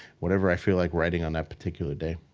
whatever i feel like writing on that particular day.